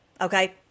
Okay